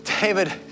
David